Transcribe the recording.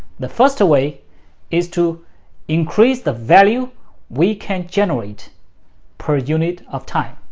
the first way is to increase the value we can generate per unit of time.